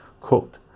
Quote